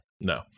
No